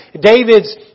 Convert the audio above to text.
David's